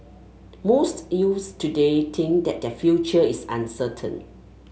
most youths today think that their future is uncertain